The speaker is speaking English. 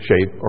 shape